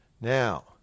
Now